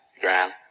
ground